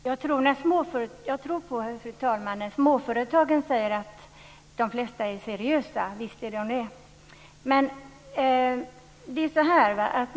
Fru talman! Jag tror på när småföretagen säger att de flesta är seriösa. Visst är de det.